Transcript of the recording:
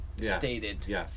stated